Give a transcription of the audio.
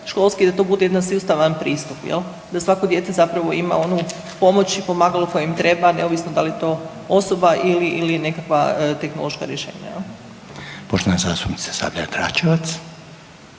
školski, da to bude jedan sustavan pristup jel, da svako dijete zapravo ima onu pomoć i pomagalo koje im treba neovisno da li je to osoba ili je nekakva tehnološka rješenja jel. **Reiner, Željko